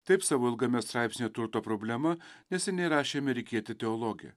taip savo ilgame straipsnyje turto problema neseniai rašė amerikietė teologė